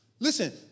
Listen